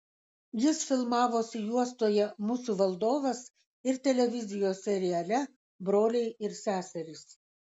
jis filmavosi juostoje musių valdovas ir televizijos seriale broliai ir seserys